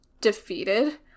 defeated